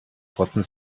rotten